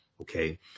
Okay